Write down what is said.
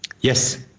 Yes